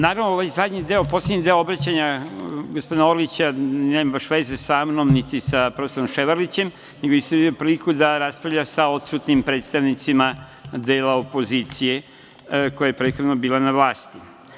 Naravno, ovaj zadnji deo, poslednji deo obraćanja gospodina Orlića nema baš veze sa mnom, niti sa prof. Ševarlićem, nego sam video priliku da raspravlja sa odsutnim predstavnicima dela opozicije koja je prethodno bila na vlasti.